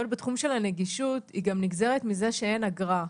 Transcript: בתחום של הנגישות היא גם נגזרת מזה שאין אגרה,